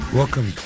welcome